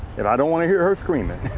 if i don't want to hear her screaming,